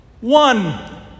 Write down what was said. One